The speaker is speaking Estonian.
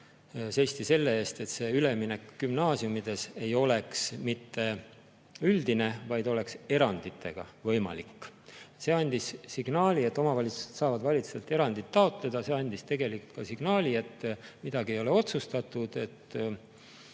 seisti selle eest, et see üleminek gümnaasiumides ei oleks mitte üldine, vaid oleks eranditega võimalik. See andis signaali, et omavalitsused saavad valitsuselt erandit taotleda, see andis tegelikult ka signaali, et midagi ei ole otsustatud, et